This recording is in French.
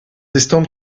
estampes